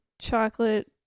chocolate